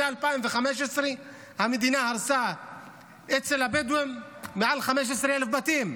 מ-2015 המדינה הרסה אצל הבדואים יותר מ-15,000 בתים.